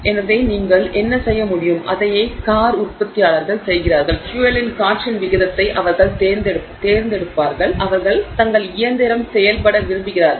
எனவே நீங்கள் என்ன செய்ய முடியும் அதையே கார் உற்பத்தியாளர்கள் செய்கிறார்கள் ஃபியூயலின் காற்றின் விகிதத்தை அவர்கள் தேர்ந்தெடுப்பார்கள் அவர்கள் தங்கள் இயந்திரம் செயல்பட விரும்புகிறார்கள்